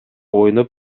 ойноп